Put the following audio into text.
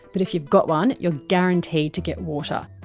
but if you've got one, you're guaranteed to get water.